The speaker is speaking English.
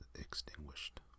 extinguished